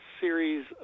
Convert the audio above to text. series